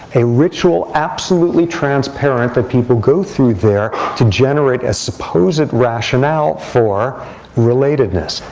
a ritual absolutely transparent that people go through there to generate a supposed rationale for relatedness,